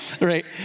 Right